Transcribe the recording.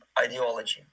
ideology